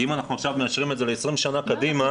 כי אם אנחנו מאשרים את זה עכשיו ל-20 שנה קדימה.